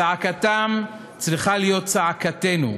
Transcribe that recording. זעקתם צריכה להיות צעקתנו,